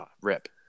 Rip